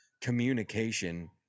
Communication